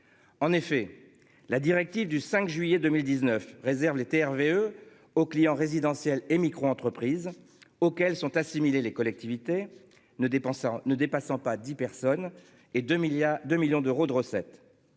En effet, la directive du 5 juillet 2019 réserve les TRV eux aux clients résidentiels et micro- entreprises auxquelles sont assimilées, les collectivités ne dépensant ne dépassant pas 10 personnes et 2 milliards de millions d'euros de recettes.